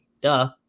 Duh